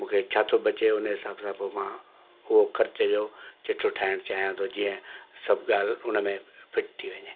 मूंखे छा थो बचे उन हिसाब सां पोइ मां उहो खर्चे जो चिठो ठाहिणु चाहियां थो जीअं सभु ॻाल्हि उनमें फिट थी वञे